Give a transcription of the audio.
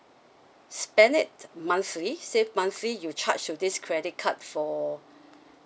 spend it monthly say monthly you charge to this credit card for